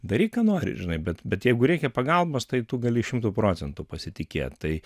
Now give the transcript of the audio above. daryk ką nori žinai bet bet jeigu reikia pagalbos tai tu gali šimtu procentų pasitikėt tai